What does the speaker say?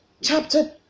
chapter